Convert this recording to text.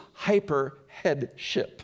hyperheadship